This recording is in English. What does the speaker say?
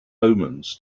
omens